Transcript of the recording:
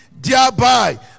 thereby